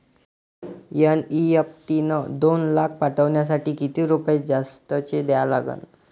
NEFT न दोन लाख पाठवासाठी किती रुपये जास्तचे द्या लागन?